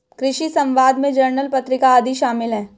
कृषि समवाद में जर्नल पत्रिका आदि शामिल हैं